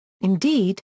Indeed